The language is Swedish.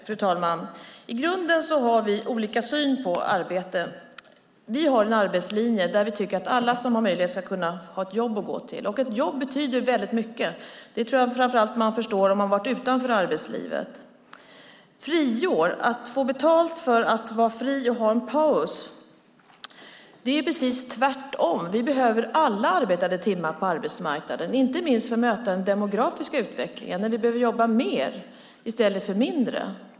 Fru talman! I grunden har vi olika syn på arbete. Vi har en arbetslinje där vi tycker att alla som har möjlighet ska kunna ha ett jobb att gå till. Ett jobb betyder väldigt mycket. Det tror jag framför allt att man förstår om man har varit utanför arbetslivet. Friår - att få betalt för att vara fri och ha en paus - är precis tvärtom. Vi behöver alla arbetade timmar på arbetsmarknaden, inte minst för att möta den demografiska utvecklingen. Vi behöver jobba mer, inte mindre.